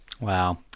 wow